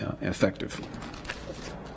effective